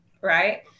right